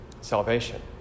salvation